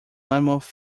mammoth